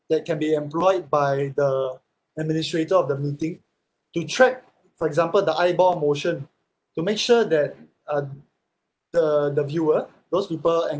that can be employed by the administrator of the meeting to track for example the eyeball motion to make sure that uh the the viewer those people